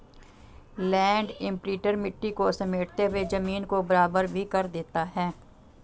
land imprinter मिट्टी को समेटते हुए जमीन को बराबर भी कर देता है